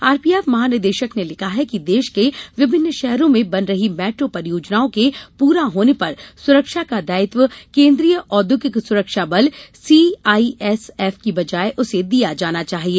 RPF महानिदेशक ने लिखा है कि देश के विभिन्न शहरों में बन रही मेट्रो परियोजनाओं के पूरा होने पर सुरक्षा का दायित्व केन्द्रीय औद्योगिक सुरक्षा बल सीआईएसएफ की बजाए उसे दिया जाना चाहिए